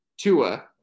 Tua